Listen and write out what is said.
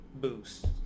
boost